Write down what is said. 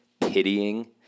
pitying